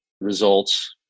results